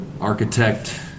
architect